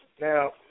Now